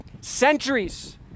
centuries